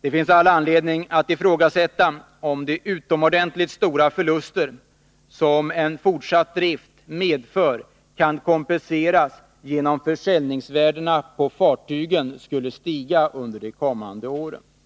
Det finns all anledning att ifrågasätta om de utomordentligt stora förluster som en fortsatt drift medför kan kompenseras genom att försäljningsvärdena på fartygen skulle stiga under de kommande åren.